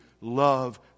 love